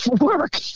work